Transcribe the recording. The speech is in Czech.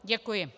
Děkuji.